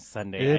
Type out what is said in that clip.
Sunday